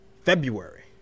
February